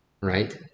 right